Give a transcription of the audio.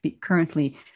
currently